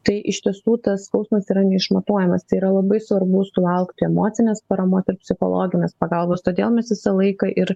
tai iš tiesų tas skausmas yra neišmatuojamas tai yra labai svarbu sulaukti emocinės paramos ir psichologinės pagalbos todėl mes visą laiką ir